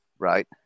Right